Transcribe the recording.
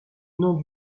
nom